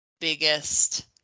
biggest